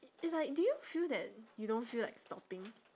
it's like do you feel that you don't feel like stopping